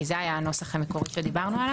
כי זה היה הנוסח המקורי שדיברנו עליו.